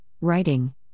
writing